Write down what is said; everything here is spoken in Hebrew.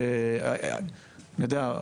אני יודע,